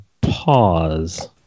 pause